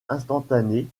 instantanée